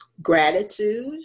Gratitude